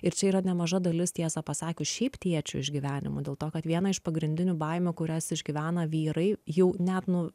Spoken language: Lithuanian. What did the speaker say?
ir čia yra nemaža dalis tiesą pasakius šiaip tėčių išgyvenimų dėl to kad viena iš pagrindinių baimių kurias išgyvena vyrai jau net nu